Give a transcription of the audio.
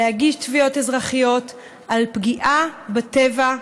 להגיש תביעות אזרחיות על פגיעה בטבע,